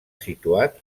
situat